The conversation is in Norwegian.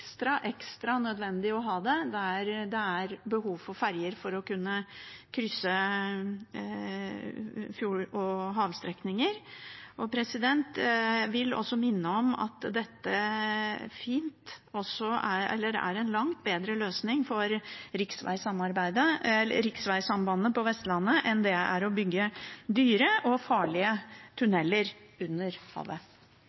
behov for ferjer for å kunne krysse fjord- og havstrekninger. Jeg vil også minne om at dette er en langt bedre løsning for riksvegsambandet på Vestlandet, enn det er å bygge dyre og farlige